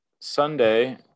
Sunday